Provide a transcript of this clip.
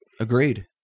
Agreed